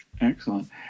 Excellent